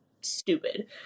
stupid